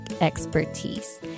expertise